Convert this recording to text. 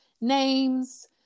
names